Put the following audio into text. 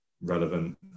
relevant